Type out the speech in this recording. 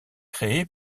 créé